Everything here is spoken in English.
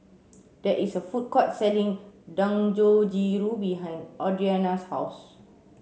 there is a food court selling Dangojiru behind Audriana's house